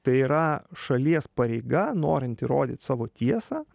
tai yra šalies pareiga norint įrodyt savo tiesą